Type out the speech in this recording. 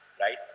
right